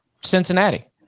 Cincinnati